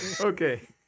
Okay